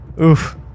Oof